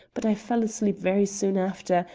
but i fell asleep very soon after,